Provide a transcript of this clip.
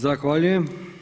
Zahvaljujem.